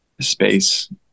space